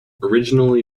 originally